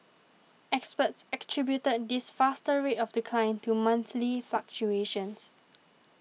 experts attributed this faster rate of decline to monthly fluctuations